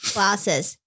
Glasses